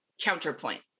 counterpoint